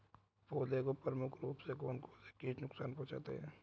पौधों को प्रमुख रूप से कौन कौन से कीट नुकसान पहुंचाते हैं?